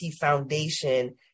foundation